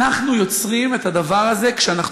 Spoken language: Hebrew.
אנחנו יוצרים את הדבר הזה כשאנחנו